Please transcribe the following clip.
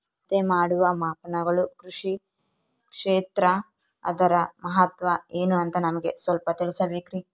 ಅಳತೆ ಮಾಡುವ ಮಾಪನಗಳು ಕೃಷಿ ಕ್ಷೇತ್ರ ಅದರ ಮಹತ್ವ ಏನು ಅಂತ ನಮಗೆ ಸ್ವಲ್ಪ ತಿಳಿಸಬೇಕ್ರಿ?